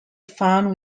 found